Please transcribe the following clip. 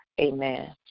Amen